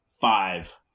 Five